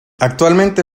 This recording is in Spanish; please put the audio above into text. actualmente